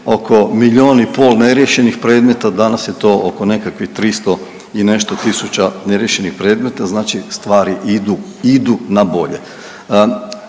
oko milijun i pol neriješenih predmeta, danas je to oko nekakvih 300 i nešto tisuća neriješenih predmeta, znači stvari idu, idu na bolje.